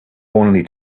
only